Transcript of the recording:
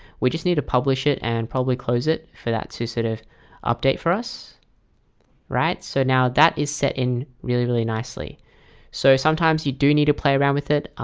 we just need to publish it and probably close it for that to sort of update for us so now that is set in really really nicely so sometimes you do need to play around with it.